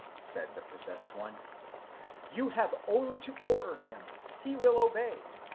said the possessed one you have only to order him, he will obey.